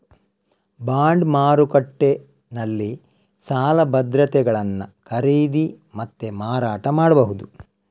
bond ಮಾರುಕಟ್ಟೆನಲ್ಲಿ ಸಾಲ ಭದ್ರತೆಗಳನ್ನ ಖರೀದಿ ಮತ್ತೆ ಮಾರಾಟ ಮಾಡ್ಬಹುದು